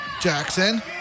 Jackson